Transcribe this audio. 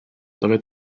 dove